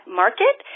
market